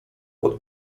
pod